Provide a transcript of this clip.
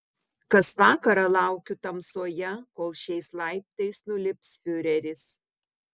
kas vakarą laukiu tamsoje kol šiais laiptais nulips fiureris